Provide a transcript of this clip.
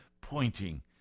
pointing